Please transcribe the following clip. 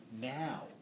now